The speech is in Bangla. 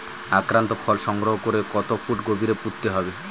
আক্রান্ত ফল সংগ্রহ করে কত ফুট গভীরে পুঁততে হবে?